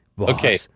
Okay